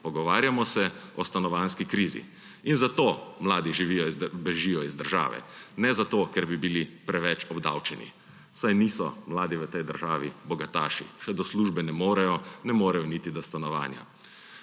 pogovarjamo se o stanovanjski krizi. In zato mladi bežijo iz države. Ne zato, ker bi bili preveč obdavčeni, saj mladi v tej državi niso bogataši, še do službe ne morejo, ne morejo niti do stanovanja.